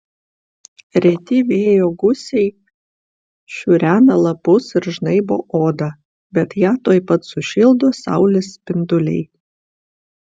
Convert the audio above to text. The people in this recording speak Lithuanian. reti vėjo gūsiai šiurena lapus ir žnaibo odą bet ją tuoj pat sušildo saulės spinduliai